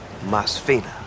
Masfina